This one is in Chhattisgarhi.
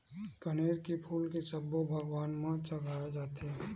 कनेर के फूल के सब्बो भगवान म चघाय जाथे